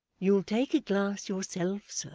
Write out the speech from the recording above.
you'll take a glass yourself,